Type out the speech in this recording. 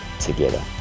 together